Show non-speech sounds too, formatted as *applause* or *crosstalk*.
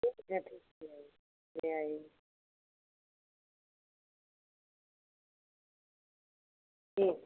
ठीक है *unintelligible* ले आइए ठीक